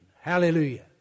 Hallelujah